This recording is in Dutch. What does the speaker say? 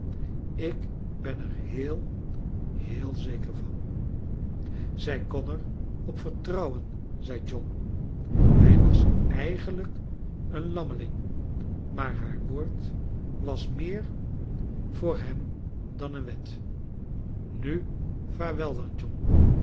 ik ben er heel heel zeker van zij kon er op vertrouwen zei john hij was eigenlijk een lammeling maar haar woord was meer voor hem dan een wet nu vaarwel dan john